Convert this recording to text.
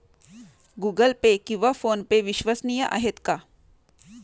Google Pay किंवा PhonePe विश्वसनीय आहेत का?